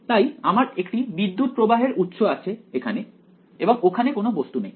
তাই আমার একটি বিদ্যুত্ প্রবাহের উৎস আছে এখানে এবং ওখানে কোনও বস্তু নেই